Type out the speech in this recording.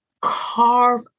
carve